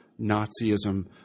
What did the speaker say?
Nazism